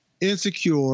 Insecure